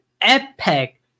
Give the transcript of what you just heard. epic